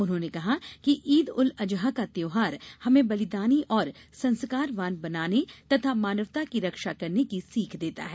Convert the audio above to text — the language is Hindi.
उन्होंने कहा कि ईद उल अजहा का त्यौहार हमें बलिदानी और संस्कारवान बनाने तथा मानवता की रक्षा करने की सीख देता है